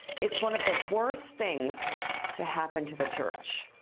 it's one of the worst things to happen to the church.